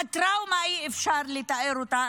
הטראומה, אי-אפשר לתאר אותה.